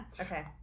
Okay